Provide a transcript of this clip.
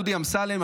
דודי אמסלם,